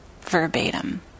verbatim